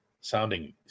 sounding